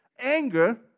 Anger